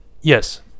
yes